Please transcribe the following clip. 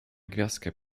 gwiazdkę